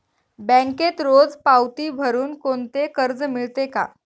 बँकेत रोज पावती भरुन कोणते कर्ज मिळते का?